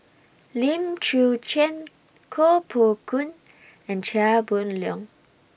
Lim Chwee Chian Koh Poh Koon and Chia Boon Leong